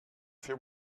fer